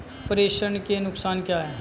प्रेषण के नुकसान क्या हैं?